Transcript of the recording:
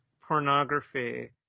pornography